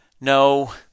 No